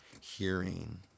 hearing